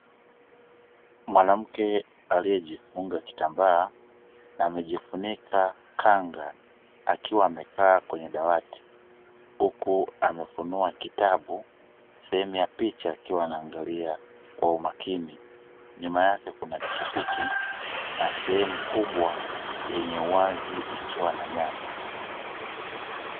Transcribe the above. Mwanamke aliyejifunga kitambaa na amejifunika khanga akiwa amekaa kwenye dawati, huku amefunua kitabu sehemu ya picha tu akiwa anaangalia kwa umakini. Nyuma yake kuna pikipiki na sehemu kubwa yenye uwazi ukiwa na nyasi.